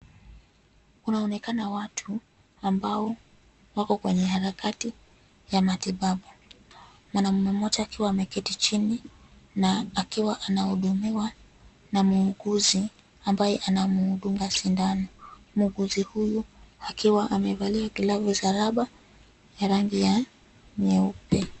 Unaonekana watu ambao wako kwenye harakati ya matibabu. Mwanamume mmoja akiwa ameketi chini na akiwa anahudumiwa na muuguzi ambaye anamudunga sindano. Muuguzi huyu akiwa amevalia glovu za raba ya rangi ya nyeupe.